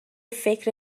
فکر